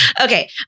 Okay